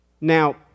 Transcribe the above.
Now